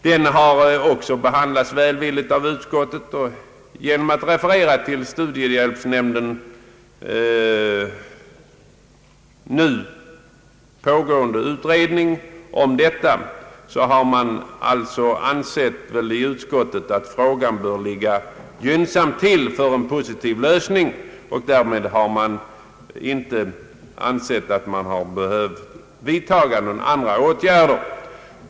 Också den har behandlats välvilligt av utskottet, och genom att referera till studiehjälpsnämndens nu pågående utredning härom har man i utskottet ansett att frågan bör ligga gynnsamt till för en positiv lösning. Därmed har man ansett att man inte behövt vidtaga några andra åtgärder.